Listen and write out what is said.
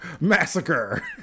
massacre